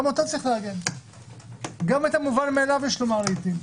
גם את המובן מאליו יש לומר לעיתים.